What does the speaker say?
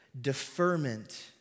deferment